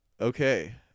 Okay